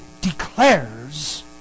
declares